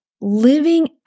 living